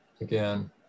again